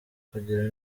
kugira